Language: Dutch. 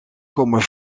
komen